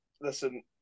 listen